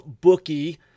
bookie